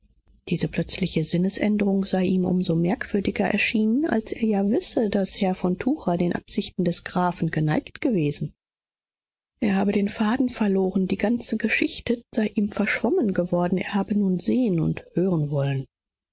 diese plötzliche sinnesänderung sei ihm um so merkwürdiger erschienen als er ja wisse daß herr von tucher den absichten des grafen geneigt gewesen er habe den faden verloren die ganze geschichte sei ihm verschwommen geworden er habe nun sehen und hören wollen